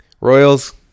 Royals